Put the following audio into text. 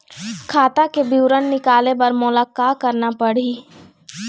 खाता के विवरण निकाले बर मोला का करना पड़ही?